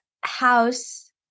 house